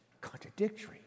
contradictory